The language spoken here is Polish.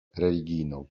religijną